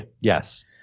yes